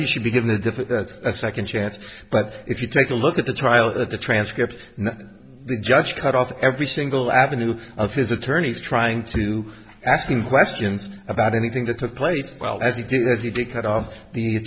he should be given a difficult it's a second chance but if you take a look at the trial of the transcript the judge cut off every single avenue of his attorneys trying to ask him questions about anything that took place well as he did as he did cut off the